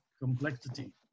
complexity